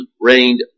reigned